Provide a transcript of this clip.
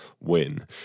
win